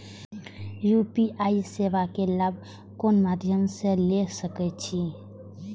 UPI सेवा के लाभ कोन मध्यम से ले सके छी?